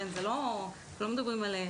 לא מדברים על,